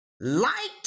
light